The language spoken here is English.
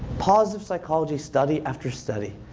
positive psychology, study after study,